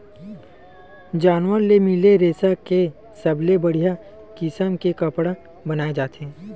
जानवर ले मिले रेसा के सबले बड़िया किसम के कपड़ा बनाए जाथे